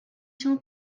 się